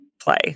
play